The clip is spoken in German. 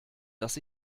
dass